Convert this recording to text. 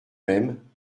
même